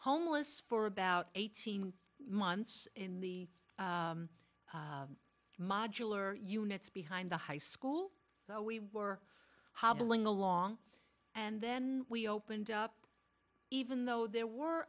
homeless for about eighteen months in the modular units behind the high school so we were hobbling along and then we opened up even though there were